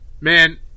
man